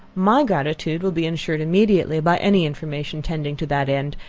my gratitude will be insured immediately by any information tending to that end,